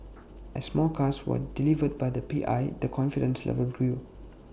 as more cars were delivered by the P I the confidence level grew